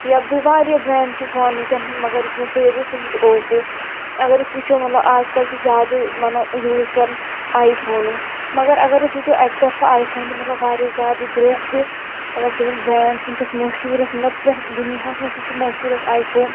یا بیٚیہِ واریاہ برٛینٛڈ چھِ فوٗنکٮ۪ن ہنٛدۍ مَگر یُس مےٚ فیورِٹ چھُ سُہ چھُ اوپو اَگر أسۍ وُچھو مطلب آز کَل چھِ زیادٕ یوٗز کران آے فونٕے مَگر اَگر أسۍ وُچھو اَکہِ طرفہٕ آے فوٗن چھُ مطلب واریاہ زیادٕ درٛوگ تہِ مطلب تَمیُک برٛینٛڈ چھُ وٕنکٮ۪ن موشوٗرَس مطلب پرٮ۪تھ دُنیاہَس منٛز چھُ سُہ موشوٗرَس آے فوٗن